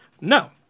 No